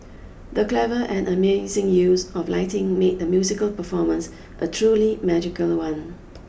the clever and amazing use of lighting made the musical performance a truly magical one